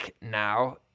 now